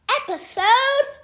episode